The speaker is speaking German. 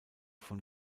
von